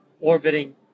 orbiting